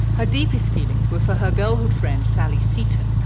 her deepest feelings were for her girlhood friend sally seton,